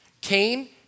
Cain